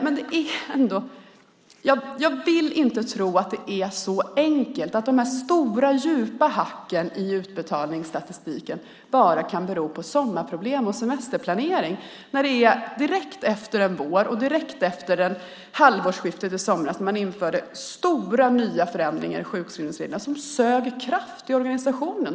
Men jag vill inte tro att det är så enkelt att dessa djupa hack i utbetalningsstatistiken bara kan bero på sommarproblem och semesterplanering när det inträffar direkt efter en vår och direkt efter det halvårsskifte då man införde stora nya förändringar i sjukskrivningsreglerna som sög kraft ur organisationen.